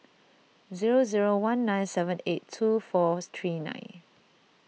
zero zero one nine seven eight two four three nine